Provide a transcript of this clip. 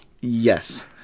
Yes